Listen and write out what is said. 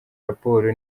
raporo